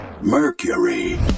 mercury